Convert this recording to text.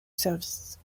service